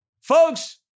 folks